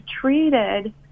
treated